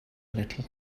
little